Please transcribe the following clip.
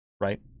right